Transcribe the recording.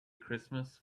christmas